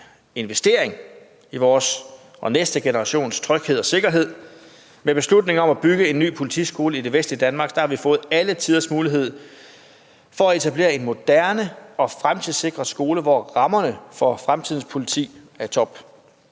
investering i vores og næste generations tryghed og sikkerhed. Med beslutningen om at bygge en ny politiskole i det vestlige Danmark har vi fået alle tiders mulighed for at etablere en moderne og fremtidssikret skole, hvor rammerne for fremtidens politi er i top.